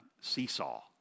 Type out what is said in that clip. seesaw